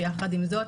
יחד עם זאת,